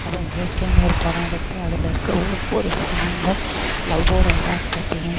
அதுவும் இயற்கைன்னு ஒரு படம் எடுத்து அதில் இருக்கிற ஒவ்வொரு சாங்கும் லவ்வோட எதார்த்தத்தையும்